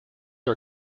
are